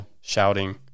shouting